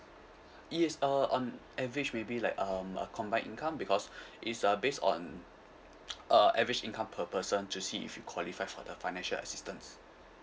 yes uh um average maybe like um a combined income because it's uh based on uh average income per person to see if you qualify for the financial assistance